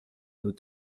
nos